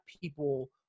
people